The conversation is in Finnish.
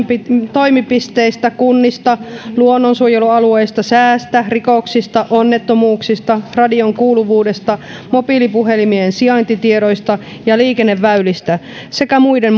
toimipisteistä kunnista luonnonsuojelualueista säästä rikoksista onnettomuuksista radion kuuluvuudesta mobiilipuhelimien sijaintitiedoista ja liikenneväylistä sekä muiden